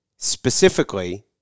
specifically